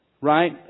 Right